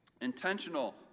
Intentional